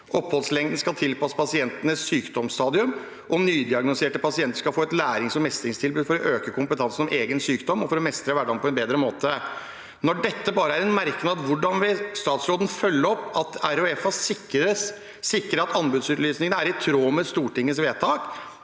Oppholdslengde skal tilpasses pasientens sykdomsstadium. Nydiagnostiserte pasienter skal få et lærings- og mestringstilbud for å øke kompetansen om egen sykdom og for å mestre hverdagen på en bedre måte». Når dette bare er en merknad: Hvordan vil statsråden følge opp at de regionale helseforetakene sikrer at anbudsutlysningene er i tråd med Stortingets vedtak,